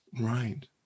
Right